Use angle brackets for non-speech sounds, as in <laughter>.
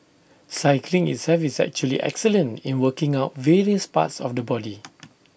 cycling itself is actually excellent in working out various parts of the body <noise>